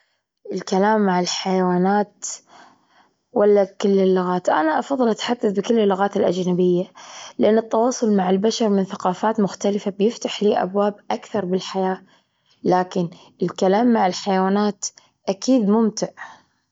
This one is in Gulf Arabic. الكلام مع الحيوانات، ولا بكل اللغات؟ أنا أفضل أتحدث بكل اللغات الأجنبية، لأن التواصل مع البشر من ثقافات مختلفة بيفتح لي أبواب أكثر بالحياة، لكن الكلام مع الحيوانات أكيد ممتع.